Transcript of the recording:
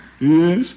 Yes